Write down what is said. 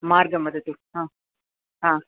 मार्गं वदतु हा हा